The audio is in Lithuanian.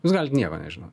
jūs galit nieko nežinot